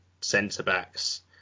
centre-backs